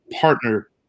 partner